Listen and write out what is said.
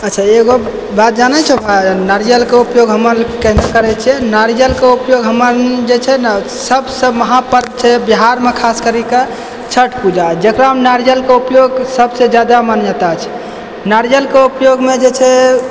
अच्छा एगो बात जानैत छौ भाई नारियलके उपयोग हम केना करैत छियै नारियलके उपयोग हम जे छै ने खासकर बिहारमे जे महापर्व छै खास करि कऽ छठ पूजा जकरामे सबसँ जादा मान्यता छै नारियलके उपयोगमे जे छै